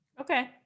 Okay